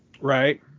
right